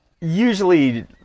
Usually